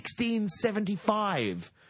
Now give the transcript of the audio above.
1675